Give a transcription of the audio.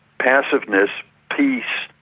passiveness, peace,